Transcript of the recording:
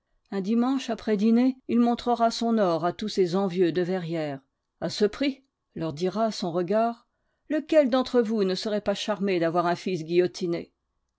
un dimanche après dîner il montrera son or à tous ses envieux de verrières a ce prix leur dira son regard lequel d'entre vous ne serait pas charmé d'avoir un fils guillotiné